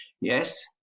yes